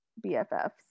BFFs